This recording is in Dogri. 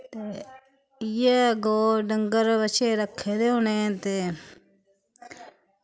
ते इ'यै गौ डंगर बच्छे रक्खे दे होने ते